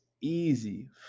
easy